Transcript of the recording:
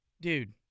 Dude